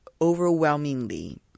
overwhelmingly